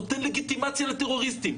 נותן לגיטימציה לטרוריסטים,